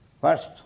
First